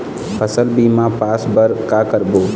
फसल बीमा पास बर का करबो?